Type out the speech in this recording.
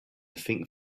think